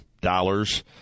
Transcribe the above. dollars